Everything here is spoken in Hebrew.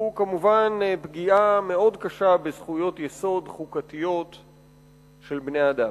הוא כמובן פגיעה מאוד קשה בזכויות יסוד חוקתיות של בני-אדם.